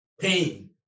pain